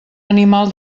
animal